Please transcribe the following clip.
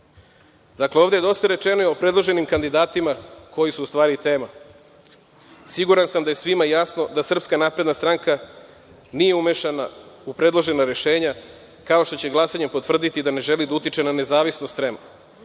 zemlja. Ovde je dosta rečeno i o predloženim kandidatima koji su u stvari tema. Siguran sam da je svima jasno da SNS nije umešana u predložena rešenja, kao što će glasanje potvrditi da ne želi da utiče na nezavisnost